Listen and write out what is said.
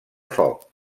foc